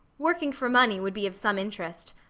working for money would be of some interest.